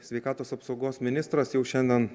sveikatos apsaugos ministras jau šiandien